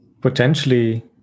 potentially